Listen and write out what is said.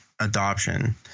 adoption